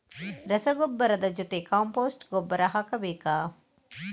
ರಸಗೊಬ್ಬರದ ಜೊತೆ ಕಾಂಪೋಸ್ಟ್ ಗೊಬ್ಬರ ಹಾಕಬೇಕಾ?